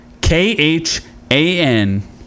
K-H-A-N